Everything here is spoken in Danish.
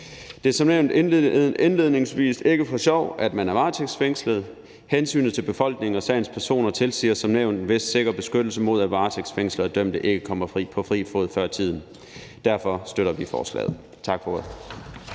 Det er som nævnt indledningsvis ikke for sjov, at man er varetægtsfængslet. Hensynet til befolkningen og sagens personer tilsiger som nævnt en vis sikker beskyttelse mod, at varetægtsfængslede og dømte ikke kommer på fri fod før tiden – derfor støtter vi forslaget. Tak for